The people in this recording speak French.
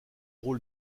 rôle